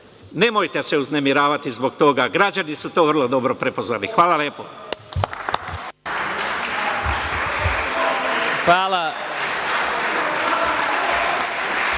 Nemojte se uznemiravati zbog toga, građani su to vrlo dobro prepoznali. Hvala lepo.